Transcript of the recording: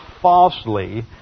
falsely